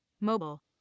Mobile